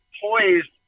poised